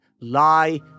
lie